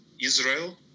israel